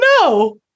no